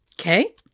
Okay